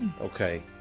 Okay